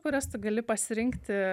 kurias tu gali pasirinkti